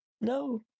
No